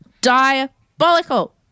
diabolical